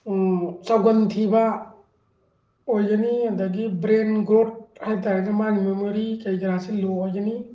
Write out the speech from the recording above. ꯆꯥꯎꯒꯟꯊꯤꯕ ꯑꯣꯏꯒꯅꯤ ꯑꯗꯒꯤ brain growth ꯍꯥꯏꯕ ꯇꯥꯔꯦꯅꯦ ꯃꯥꯒꯤ ꯃꯦꯃꯣꯔꯤ ꯀꯔꯤ ꯀꯔꯥꯁꯤ ꯂꯣ ꯑꯣꯏꯒꯅꯤ